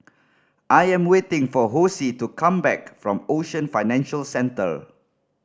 i am waiting for Hosea to come back from Ocean Financial Centre